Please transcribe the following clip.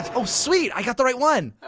oh sweet i got the right one.